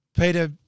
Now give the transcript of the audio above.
Peter